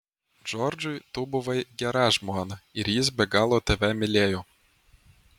džordžui tu buvai gera žmona ir jis be galo tave mylėjo